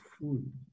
food